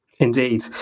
Indeed